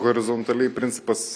horizontaliai principas